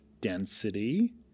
density